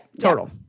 total